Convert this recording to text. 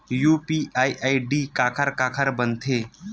UPI ID काखर काखर बनथे?